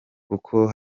kuko